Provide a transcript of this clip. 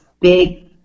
big